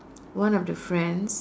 one of the friends